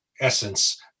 essence